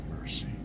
mercy